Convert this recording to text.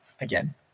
again